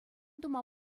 тума